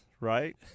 right